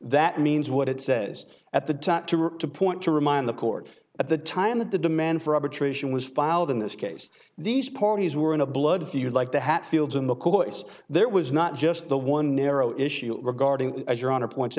that means what it says at the time to rip to point to remind the court at the time that the demand for arbitration was filed in this case these parties were in a blood feud like the hatfields and mccoys there was not just the one narrow issue regarding as your honor points